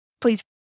please